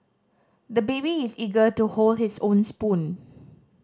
the baby is eager to hold his own spoon